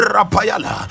Rapayala